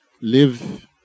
live